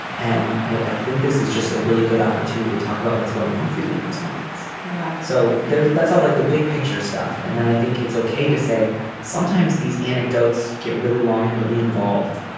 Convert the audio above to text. and i think this is just a really good opportunity to talk about what's going on for you in those moments. yeah so that's all like the big picture stuff. and then i think it's okay to say sometimes these anecdotes get really long and really involved.